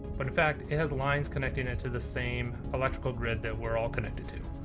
but in fact, it has lines connecting it to the same electrical grid that we're all connected to.